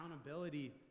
accountability